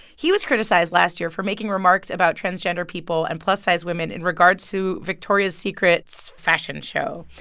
he was criticized last year for making remarks about transgender people and plus-sized women in regards to victoria's secret's fashion show.